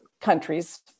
countries